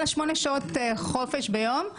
היה לה שמונה שעות חופש ביום,